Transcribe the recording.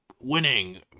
winning